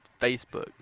Facebook